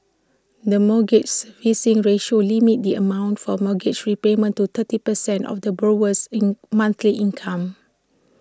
the mortgage servicing ratio limits the amount for mortgage repayments to thirty percent of the borrower's in monthly income